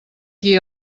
qui